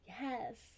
Yes